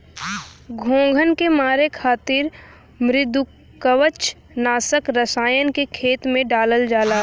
घोंघन के मारे खातिर मृदुकवच नाशक रसायन के खेत में डालल जाला